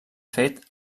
fet